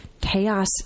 chaos